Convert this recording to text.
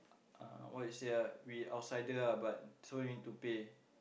uh what you say ah we outsider ah so we need to pay